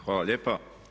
Hvala lijepa.